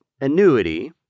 annuity